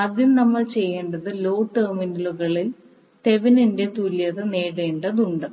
ആദ്യം നമ്മൾ ചെയ്യേണ്ടത് ലോഡ് ടെർമിനലുകളിൽ തെവെനിൻറെ തുല്യത നേടേണ്ടതുണ്ട്